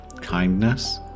Kindness